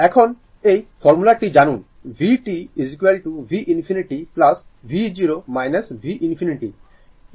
এখন এই ফর্মুলাটি জানুন vt v infinity v0 v infinity e t tτ